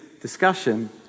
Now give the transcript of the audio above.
discussion